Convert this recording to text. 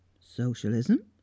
Socialism